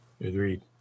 Agreed